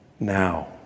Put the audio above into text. now